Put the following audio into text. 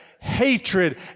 hatred